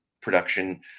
production